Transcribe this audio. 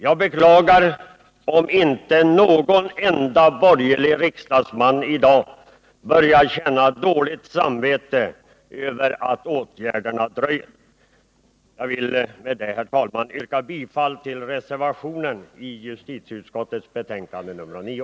Jag beklagar om inte någon enda borgerlig riksdagsman i dag börjar känna dåligt samvete över att åtgärderna dröjer. Jag vill, herr talman, med det sagda yrka bifall till reservationen vid justitieutskottets betänkande nr 9.